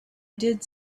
did